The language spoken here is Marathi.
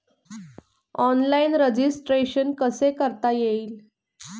ऑनलाईन रजिस्ट्रेशन कसे करता येईल?